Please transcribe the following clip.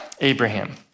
Abraham